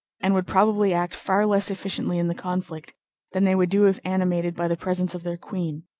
and would probably act far less efficiently in the conflict than they would do if animated by the presence of their queen.